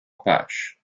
apache